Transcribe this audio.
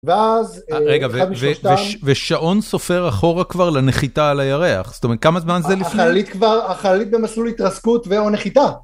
ואז, את חמישות שתיים... ושעון סופר אחורה כבר לנחיתה על הירח. זאת אומרת, כמה זמן זה לפני? החליט במסלול התרסקות והוא נחיתה.